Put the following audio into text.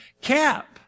cap